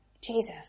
Jesus